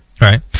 Right